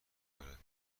دارد